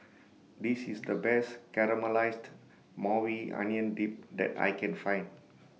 This IS The Best Caramelized Maui Onion Dip that I Can Find